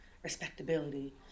respectability